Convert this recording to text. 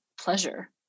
pleasure